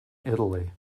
italy